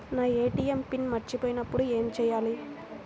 నా ATM PIN మర్చిపోయినప్పుడు ఏమి చేయాలి?